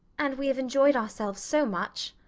and we have enjoyed ourselves so much.